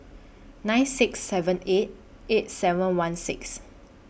nine six seven eight eight seven one six